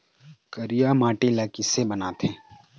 करिया माटी ला किसे बनाथे?